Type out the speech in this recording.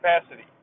capacity